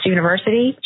University